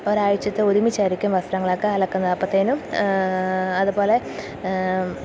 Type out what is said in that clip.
ഒരാഴ്ചത്തേത് ഒരുമിച്ചായിരിക്കും വസ്ത്രങ്ങളൊക്കെ അലക്കുന്നത് അപ്പോഴത്തേനും അതുപോലെ